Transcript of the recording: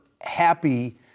happy